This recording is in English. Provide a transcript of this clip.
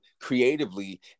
creatively